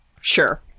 Sure